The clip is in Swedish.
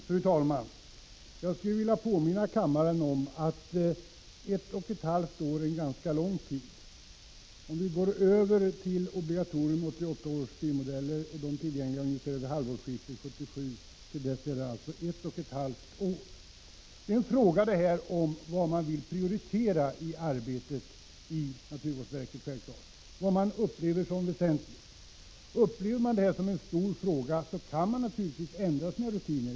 Fru talman! Jag skulle vilja påminna kammaren om att ett och ett halvt år är en ganska lång tid. Om vi går över till obligatorium för 1988 års bilmodeller, så är de tillgängliga ungefär vid halvårsskiftet 1987. Det är självklart en fråga om vad man vill prioritera i arbetet i naturvårdsverket, vad man upplever som väsentligt. Upplever man detta som en stor fråga, kan man naturligtvis ändra sina rutiner.